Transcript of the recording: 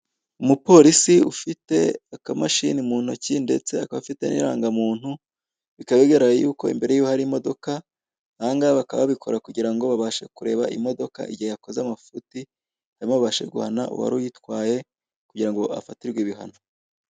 Umupolisi ufite akamashini mu ntoki ndetse akaba afite n'irangamuntu. Bikaba bigaragara yuko imbere ye hari imodoka, ahangaha bakaba babikora kugira ngo babashe kureba imodoka igihe yakoze amafuti, babashe guhana uwaruyitwaye kugira ngo afatirwe ibihano.